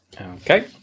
Okay